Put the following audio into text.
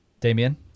Damien